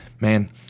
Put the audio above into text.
man